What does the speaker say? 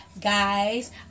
Guys